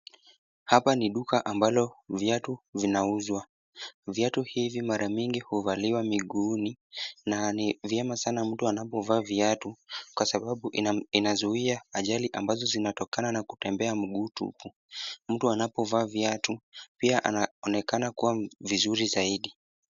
Hapa ni duka ambalo viatu vinauzwa. Viatu hivi mara mingi huvaliwa miguuni na ni vyema sana mtu anapovaa viatu, kwa sababu inazuia ajali ambazo zinatokana na kutembea mguu tupu. Mtu anapovaa viatu pia anaonekana kuwa vizuri zaidi.